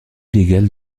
illégal